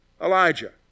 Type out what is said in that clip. Elijah